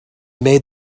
made